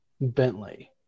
Bentley